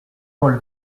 paul